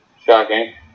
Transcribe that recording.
Shocking